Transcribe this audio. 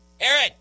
Aaron